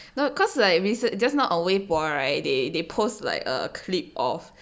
no cause like rece~ just now 微博 right they they posed like a clip of